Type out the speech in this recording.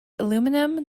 aluminum